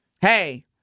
hey